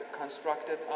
constructed